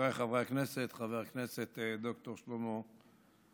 חבריי חברי הכנסת, חבר הכנסת ד"ר שלמה קרעי,